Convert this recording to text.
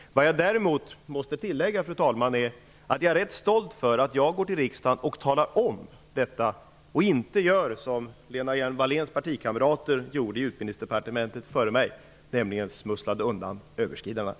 Jag måste dock tillägga, fru talman, att jag är rätt stolt över att jag går till riksdagen och talar om detta och inte gör som Lena Hjelm-Walléns partikamrater gjorde i Utbildningsdepartementet före mig. De smusslade undan överskridandena.